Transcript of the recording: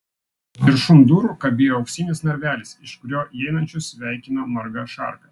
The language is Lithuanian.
viršum durų kabėjo auksinis narvelis iš kurio įeinančius sveikino marga šarka